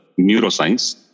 Neuroscience